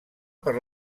per